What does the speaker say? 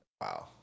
Wow